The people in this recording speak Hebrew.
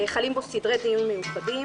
חלים בו סדרי דיון מיוחדים.